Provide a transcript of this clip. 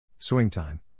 Swingtime